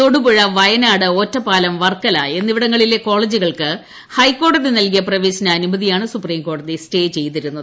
തൊടുപുഴ വയനാട് ഒറ്റപ്പാലം വർക്കല എന്നിവിടങ്ങളിലെ കോളെജുകൾക്ക് ഹൈക്കോടതി നൽകിയ പ്രവേശന അനുമതിയാണ് സുപ്രീംകോടതി സ്റ്റേ ചെയ്തിരുന്നത്